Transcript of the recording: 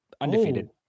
undefeated